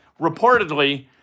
reportedly